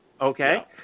Okay